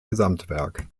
gesamtwerk